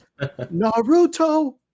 Naruto